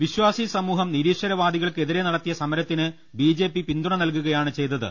വിശ്വാസി സമൂഹം നിരീശ്വര വാദികൾക്കെതിരെ നടത്തിയ സ്മരത്തിന് ബിജെപി പിന്തുണ നൽകുകയാണ് ചെയ്തത്